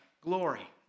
glory